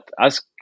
ask